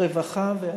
הרווחה והבריאות.